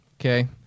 Okay